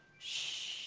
shhh.